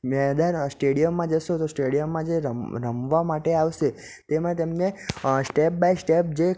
મેદાન સ્ટેડિયમમાં જશો તો સ્ટેડિયમમાં જે રમવા માટે આવશે તેમાં તેમને અ સ્ટેપ બાય સ્ટેપ જે